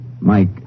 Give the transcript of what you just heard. Mike